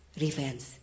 revenge